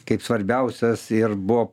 kaip svarbiausias ir buvo